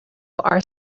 our